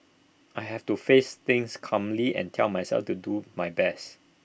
I have to face things calmly and tell myself to do my best